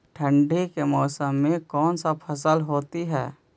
ठंडी के मौसम में कौन सा फसल होती है?